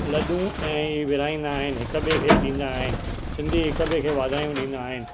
लॾूं ऐं इहे विराईंदा आहिनि हिकु ॿिए खे ॾींदा आहिनि सिंधी हिकु ॿिए खे वाधायूं ॾींदा आहिनि